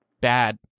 bad